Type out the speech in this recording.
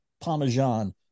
parmesan